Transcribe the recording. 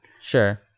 Sure